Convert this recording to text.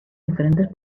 diferentes